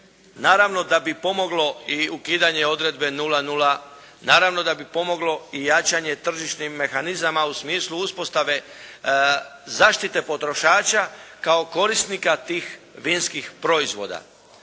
naravno da bi pomoglo ukidanje odredbe "0,0", naravno da bi pomoglo i jačanje tržišnih mehanizama u smislu uspostave zaštite potrošača kao korisnika tih vinskih proizvoda.